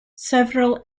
several